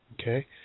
Okay